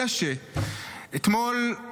אלא שאתמול,